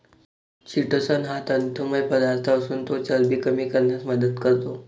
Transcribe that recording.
chitosan हा तंतुमय पदार्थ असून तो चरबी कमी करण्यास मदत करतो